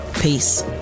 peace